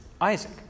Isaac